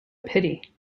pity